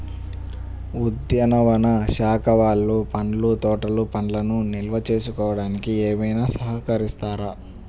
ఉద్యానవన శాఖ వాళ్ళు పండ్ల తోటలు పండ్లను నిల్వ చేసుకోవడానికి ఏమైనా సహకరిస్తారా?